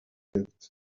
lived